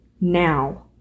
now